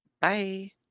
bye